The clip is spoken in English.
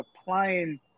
applying